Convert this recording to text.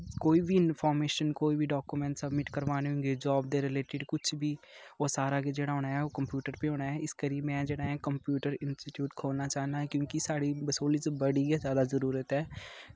कोई बी इंफार्मेशन कोई बी डाक्यूमेंट सबमिट करवाने होङन जाब दे रिलेटिड कुछ बी ओह् सारा किश जेह्ड़ा होना ऐ ओह् कंप्यूटर पर होना ते इसकरियै में जेह्ड़ा कंप्यूटर इंस्टीट्यूट खोलना चाह्न्नां क्योंकि साढ़ी बसोह्ली च बड़ी गै जरूरत ऐ